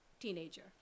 teenager